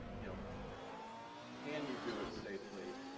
you know can you do it safely?